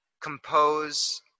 compose